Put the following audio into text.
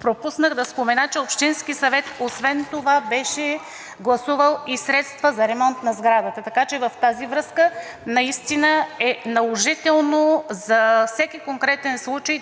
пропуснах да спомена, че Общинският съвет освен това беше гласувал и средства за ремонт на сградата. Така че в тази връзка наистина е наложително за всеки конкретен случай